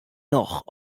noch